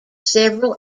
several